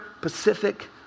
Pacific